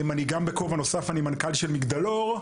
בכובע נוסף אני גם מנכ"ל של מגדלור.